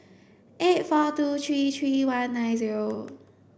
eight four two three three one nine zero